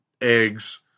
Eggs